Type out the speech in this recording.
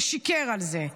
ושיקר על זה.